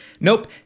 nope